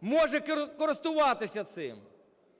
може користуватися цим?